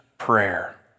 prayer